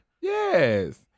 Yes